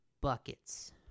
buckets